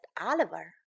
Oliver